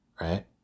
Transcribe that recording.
Right